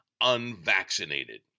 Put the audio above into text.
unvaccinated